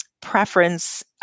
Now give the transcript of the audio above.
preference